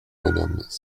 bonhomme